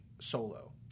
solo